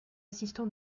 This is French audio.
assistant